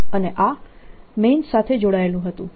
અને આ મૈન્સ સાથે જોડાયેલું હતું